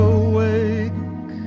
awake